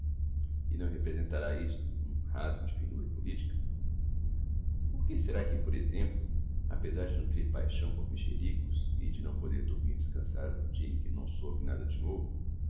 e não representará isto um rasgo de finura politica por que será que por exemplo apezar de nutrir paixão por mexericos e de não poder dormir descansada no dia em que não soube nada de novo